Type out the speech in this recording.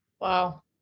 Wow